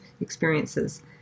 experiences